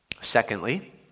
Secondly